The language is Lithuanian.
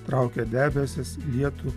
traukia debesis lietų